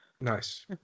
nice